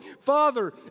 Father